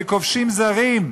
ככובשים זרים,